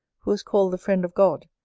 who was called the friend of god,